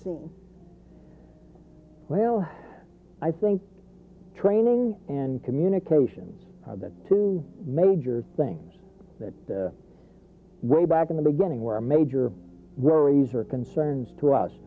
seen well i think training and communications the two major things that way back in the beginning were major worries or concerns to us